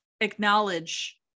acknowledge